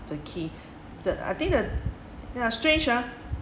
the key the I think the ya strange ah